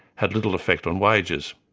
had little effect on wages.